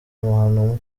amahano